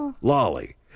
Lolly